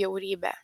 bjaurybę